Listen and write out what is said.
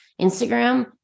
Instagram